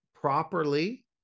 properly